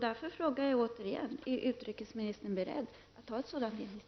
Därför frågar jag återigen: Är utrikesministern beredd att ta ett sådant initiativ?